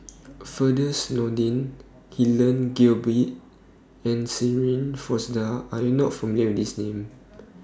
Firdaus Nordin Helen Gilbey and Shirin Fozdar Are YOU not familiar These Names